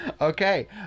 okay